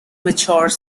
mature